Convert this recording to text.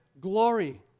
glory